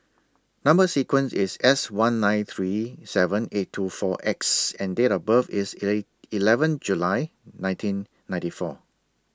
Number sequence IS S one nine three seven eight two four X and Date of birth IS eight eleven July nineteen ninety four